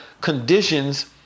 conditions